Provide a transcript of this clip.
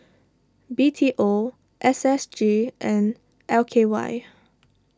B T O S S G and L K Y